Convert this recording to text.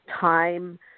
time